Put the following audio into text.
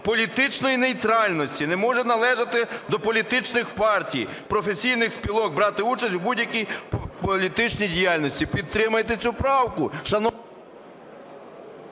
політичної нейтральності, не може належати до політичних партій, професійних спілок, брати участь у будь-якій політичній діяльності". Підтримайте цю правку...